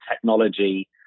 technology